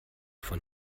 von